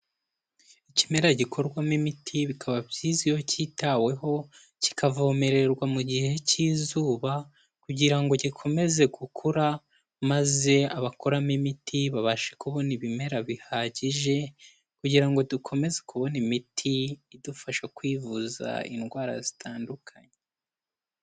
Ikimera gikorwamo imiti bikaba byiza iyo cyitaweho, kikavomererwa mu gihe cy'izuba, kugira ngo gikomeze gukura, maze abakuramo imiti babashe kubona ibimera bihagije, kugira ngo dukomeze kubona imiti idufasha kwivuza indwara zitandukanye.